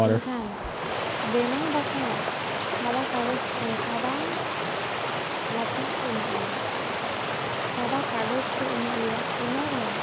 ᱮᱱᱠᱷᱟᱱ ᱵᱮᱱᱟᱣ ᱵᱟᱠᱷᱨᱟ ᱥᱟᱫᱟ ᱠᱟᱜᱚᱡᱽ ᱥᱟᱫᱟ ᱞᱟᱪᱷᱟᱜ ᱠᱚ ᱮᱢᱟᱫ ᱞᱮᱭᱟ ᱥᱟᱫᱟ ᱠᱟᱜᱚᱡᱽ ᱠᱚ ᱮᱢᱟᱫ ᱞᱮᱭᱟ ᱚᱱᱟᱨᱮ